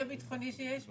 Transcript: --- הביטחוני היחיד שיש פה.